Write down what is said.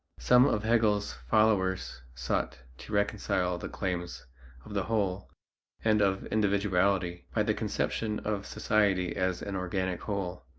some of hegel's followers sought to reconcile the claims of the whole and of individuality by the conception of society as an organic whole,